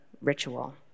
ritual